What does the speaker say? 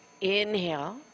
Inhale